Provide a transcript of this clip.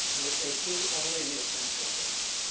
and which they see only the essential things.